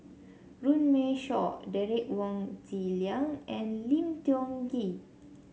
Runme Shaw Derek Wong Zi Liang and Lim Tiong Ghee